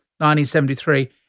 1973